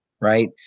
right